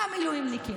ה-מילואימניקים,